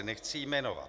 Nechci ji jmenovat.